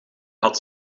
had